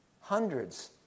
Hundreds